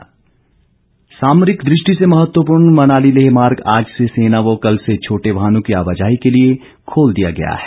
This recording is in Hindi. मनाली लेह सामरिक दृष्टि से महत्वपूर्ण मनाली लेह मार्ग आज से सेना व कल से छोटे वाहनों की आवाजाही के लिए खोल दिया गया है